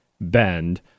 bend